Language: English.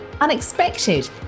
unexpected